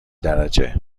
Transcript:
درجه